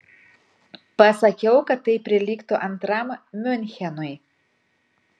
pasakiau kad tai prilygtų antram miunchenui